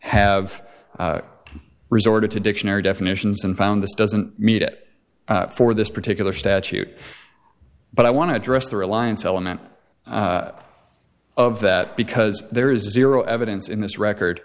have resorted to dictionary definitions and found this doesn't meet it for this particular statute but i want to address the reliance element of that because there is zero evidence in this record